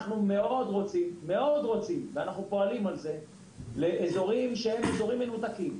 אנחנו מאוד רוצים ופועלים בשביל אזורים מנותקים,